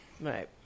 Right